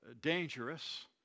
dangerous